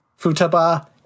Futaba